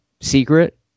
secret